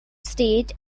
state